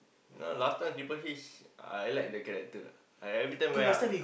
know last time Triple-H I like the character ah I every time when